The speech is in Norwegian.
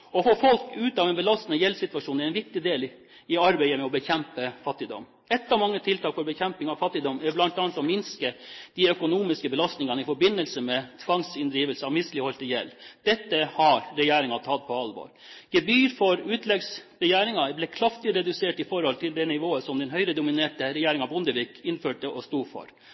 Å få folk ut av en belastende gjeldssituasjon er en viktig del i arbeidet med å bekjempe fattigdom. Et av mange tiltak for bekjemping av fattigdom er bl.a. å minske de økonomiske belastningene i forbindelse med tvangsinndrivelse av misligholdt gjeld. Dette har regjeringen tatt på alvor. Gebyret for utleggsbegjæringer er blitt kraftig redusert i forhold til det nivået som den Høyre-dominerte regjeringen Bondevik innførte og sto for.